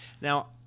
now